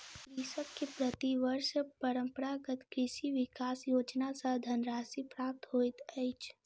कृषक के प्रति वर्ष परंपरागत कृषि विकास योजना सॅ धनराशि प्राप्त होइत अछि